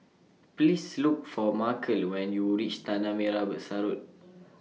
Please Look For Markell when YOU REACH Tanah Merah Besar Road